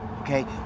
Okay